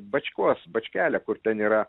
bačkos bačkelė kur ten yra